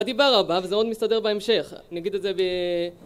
הדיבר הבא וזה עוד מסתדר בהמשך, אני אגיד את זה ב...